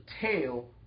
tail